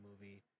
movie